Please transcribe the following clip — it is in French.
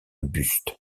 buste